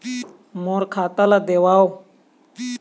मोर खाता ला देवाव?